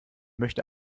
möchte